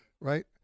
right